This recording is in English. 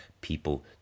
people